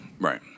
right